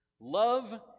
Love